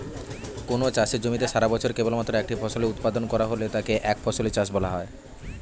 কোনও চাষের জমিতে সারাবছরে কেবলমাত্র একটি ফসলের উৎপাদন করা হলে তাকে একফসলি চাষ বলা হয়